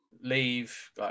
leave